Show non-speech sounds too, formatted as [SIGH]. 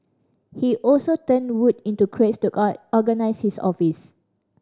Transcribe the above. he also turned wood into crates to [UNINTELLIGIBLE] organise his office